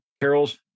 Carol's